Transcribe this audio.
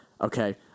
Okay